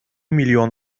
milyon